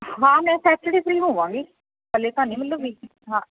ਹਾਂ ਮੈਂ Saturday free ਹੋਵਾਂਗੀ ਅਜੇ ਤਾਂ ਨੀ ਮਤਲਬ ਵੀ ਹਾਂ